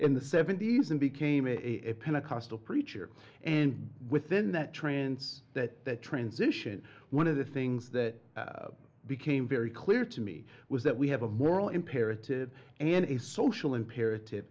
in the seventy's and became a pentecostal preacher and within that trance that transition one of the things that became very clear to me was that we have a moral imperative and a social imperative